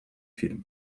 фильм